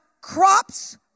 crops